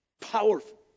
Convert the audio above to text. Powerful